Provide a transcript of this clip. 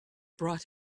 brought